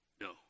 no